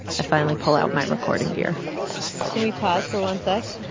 i finally pull out my recording gear can we pause for one sec?